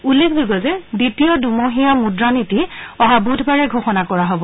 উল্লেখযোগ্য যে দ্বিতীয় দুমহীয়া মূদ্ৰা নীতি অহা বুধবাৰে ঘোষণা কৰা হ'ব